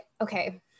okay